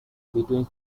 between